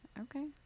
Okay